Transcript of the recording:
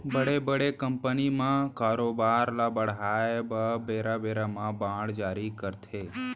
बड़े बड़े कंपनी मन कारोबार ल बढ़ाय बर बेरा बेरा म बांड जारी करथे